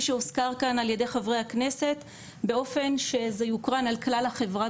שהוזכר כאן על ידי חברי הכנסת באופן שזה יוקרן על כלל החברה